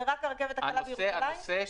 היה נוסח